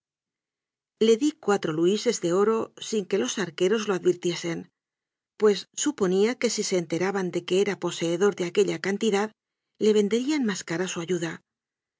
le di cuatro luises de oro sin que los arqueros lo advirtiesen pues suponía que si se enteraban de que era poseedor de aquella cantidad le ven derían más cara su ayuda